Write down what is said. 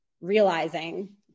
realizing